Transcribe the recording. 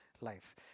life